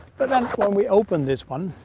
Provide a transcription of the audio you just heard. but then when we open this one,